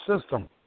system